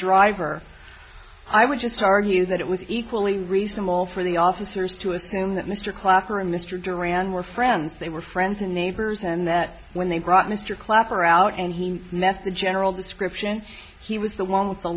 driver i would just argue that it was equally reasonable for the officers to assume that mr clapper and mr duran were friends they were friends and neighbors and that when they brought mr clapper out and he met the general description he was the one with the